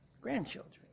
grandchildren